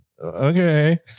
Okay